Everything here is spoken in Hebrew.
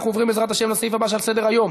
אנחנו עוברים, בעזרת השם, לסעיף הבא שעל סדר-היום: